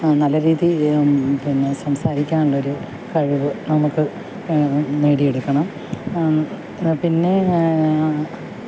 നല്ല രീതിയിൽ പിന്നെ സംസാരിക്കാനുള്ളൊരു കഴിവ് നമുക്ക് നേടിയെടുക്കണം പിന്നെ